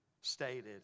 stated